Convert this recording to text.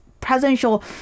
presidential